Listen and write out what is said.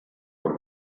por